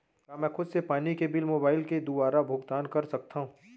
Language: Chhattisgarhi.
का मैं खुद से पानी के बिल मोबाईल के दुवारा भुगतान कर सकथव?